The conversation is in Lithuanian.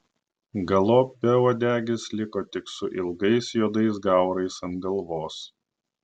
galop beuodegis liko tik su ilgais juodais gaurais ant galvos